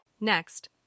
Next